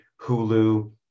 hulu